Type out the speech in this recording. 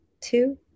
two